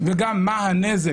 וגם מה הנזק.